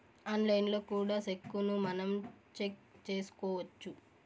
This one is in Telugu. ఆన్లైన్లో కూడా సెక్కును మనం చెక్ చేసుకోవచ్చు